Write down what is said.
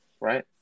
Right